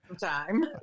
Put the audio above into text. time